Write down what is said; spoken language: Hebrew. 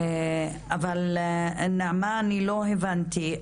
אבל נעמה אני לא הבנתי,